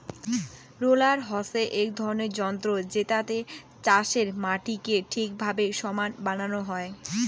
roller হসে এক রকমের যন্ত্র জেতাতে চাষের মাটিকে ঠিকভাবে সমান বানানো হই